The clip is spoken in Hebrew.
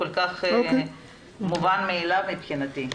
הוא כל כך מובן מאליו מבחינתי.